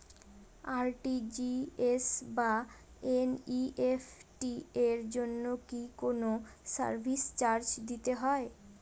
RTGS বা NEFT এর জন্য কি কোনো সার্ভিস চার্জ দিতে হয়?